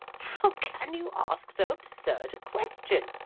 how can you ask so absurd a question?